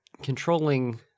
Controlling